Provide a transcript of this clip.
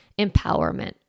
empowerment